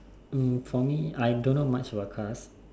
um for me I don't know much about cars